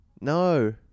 No